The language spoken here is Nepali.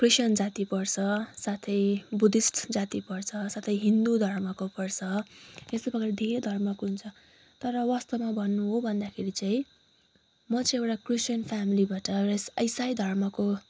क्रिस्चियन जाति पर्छ साथै बुद्धिस्ट जाति पर्छ साथै हिन्दु धर्मको हुन्छ तर यस्तै प्रकारले धेरै धर्मको हुन्छ तर वास्ताव भन्नु हो भन्दाखेरि चाहिँ म चाहिँ एउटा क्रिस्चियन फ्यामिलीबाट इसाई धर्मको